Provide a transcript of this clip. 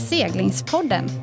Seglingspodden